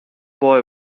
boy